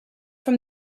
from